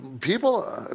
people